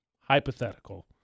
hypothetical